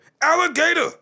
alligator